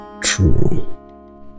true